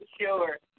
sure